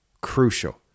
Crucial